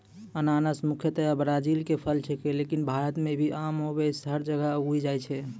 अनानस मुख्यतया ब्राजील के फल छेकै लेकिन भारत मॅ भी कमोबेश हर जगह उगी जाय छै